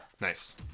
Nice